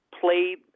Played